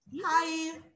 Hi